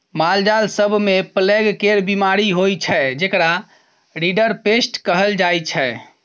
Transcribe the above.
मालजाल सब मे प्लेग केर बीमारी होइ छै जेकरा रिंडरपेस्ट कहल जाइ छै